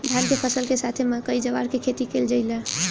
धान के फसल के साथे मकई, जवार के खेती कईल जाला